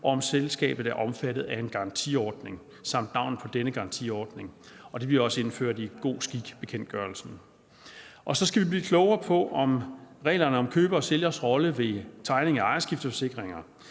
og om selskabet er omfattet af en garantiordning samt navnet på denne garantiordning. Det bliver også indført i god skik-bekendtgørelsen. Og så skal vi blive klogere på reglerne om køber og sælgers rolle ved tegning af ejerskifteforsikringer.